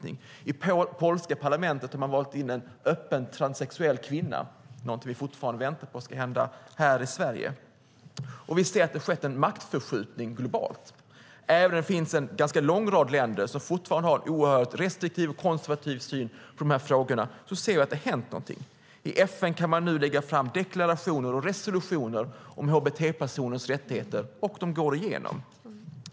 I det polska parlamentet har man valt in en öppet transsexuell kvinna, någonting vi fortfarande väntar på ska hända här i Sverige. Vi ser att det har skett en maktförskjutning globalt. Även som det finns en ganska lång rad länder som fortfarande har en oerhört restriktiv och konservativ syn på de här frågorna ser vi att det har hänt någonting. I FN kan man nu lägga fram deklarationer och resolutioner om hbt-personers rättigheter, och de går igenom.